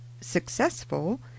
successful